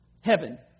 heaven